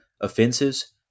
offenses